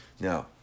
Now